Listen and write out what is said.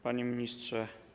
Panie Ministrze!